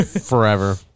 Forever